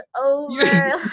over